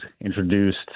introduced